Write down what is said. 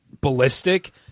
ballistic